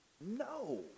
No